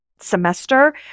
semester